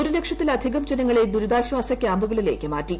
ഒരു ലക്ഷത്തിലധികം ജനങ്ങളെ ദുരുതാശ്വാസ ക്യാമ്പുകളിലേക്ക് മാറ്റി